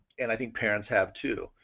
and i think parents have too.